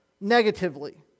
negatively